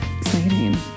Exciting